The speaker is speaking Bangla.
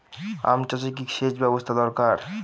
আম চাষে কি সেচ ব্যবস্থা দরকার?